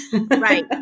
Right